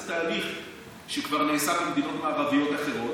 זה תהליך שכבר נעשה במדינות מערביות אחרות,